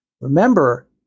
Remember